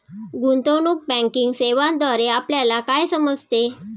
गुंतवणूक बँकिंग सेवांद्वारे आपल्याला काय समजते?